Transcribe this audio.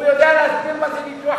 הוא יודע להסביר מה זה ניתוח